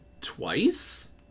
twice